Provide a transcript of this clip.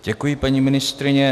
Děkuji, paní ministryně.